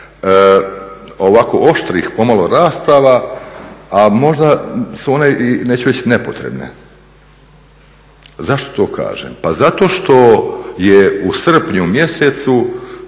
ovako oštrih pomalo rasprava a možda su one i, neću reći nepotrebne. Zašto to kažem? Pa zato što je u srpnju mjesecu